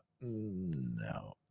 no